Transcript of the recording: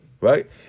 Right